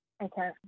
Okay